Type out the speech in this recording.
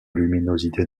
luminosité